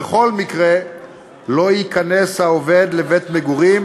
ובכל מקרה לא ייכנס העובד לבית-מגורים